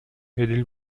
эдил